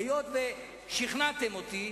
היות ששכנעתם אותי.